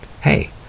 hey